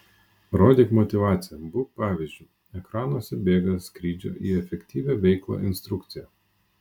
rodyk motyvaciją būk pavyzdžiu ekranuose bėga skrydžio į efektyvią veiklą instrukcija